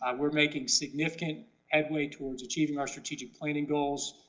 um we're making significant headway towards achieving our strategic planning goals,